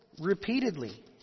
repeatedly